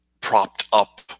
propped-up